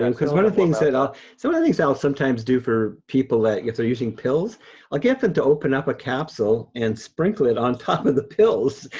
and cause one of the things that i'll, some of the things i'll sometimes do for people that, if they're using pills, i'll get them to open up a capsule and sprinkle it on top of the pills.